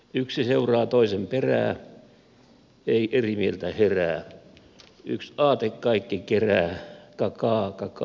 yksi seuraa toisen perää ei erimieltä herää yks aate kaikki kerää ka kaa ka kaa ka kaa